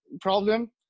problem